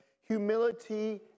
humility